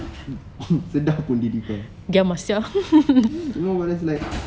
hmm sedar pun diri kau